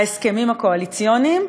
ההסכמים הקואליציוניים,